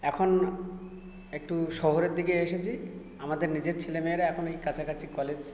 এখন একটু শহরের দিকে এসেছি আমাদের নিজের ছেলে মেয়েরা এই কাছাকাছি কলেজ